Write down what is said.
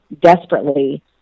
desperately